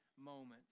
moments